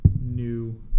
new